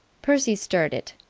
percy stirred it.